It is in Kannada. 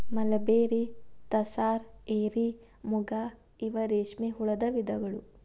ಮಲಬೆರ್ರಿ, ತಸಾರ, ಎರಿ, ಮುಗಾ ಇವ ರೇಶ್ಮೆ ಹುಳದ ವಿಧಗಳು